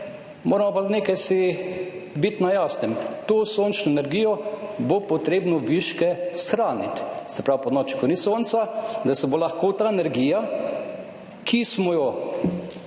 moramo pa o nečem biti na jasnem, od te sončne energije bo potrebno viške shraniti, se pravi ponoči, ko ni sonca, da se bo lahko ta energija, ki smo jo